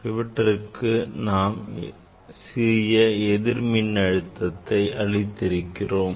இவற்றுக்கு நாம் சிறிய எதிர்மின் அழுத்தத்தை அளித்திருக்கிறோம்